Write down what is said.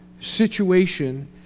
situation